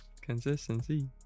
Consistency